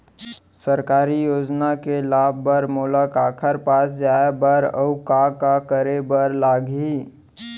सरकारी योजना के लाभ बर मोला काखर पास जाए बर अऊ का का करे बर लागही?